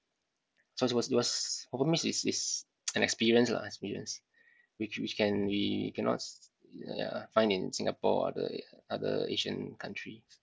so it was it was for me it's it's an experience lah experience which we can we cannot yeah find in Singapore or the other asian countries